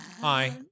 Hi